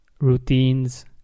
routines